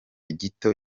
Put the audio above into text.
gito